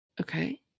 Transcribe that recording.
Okay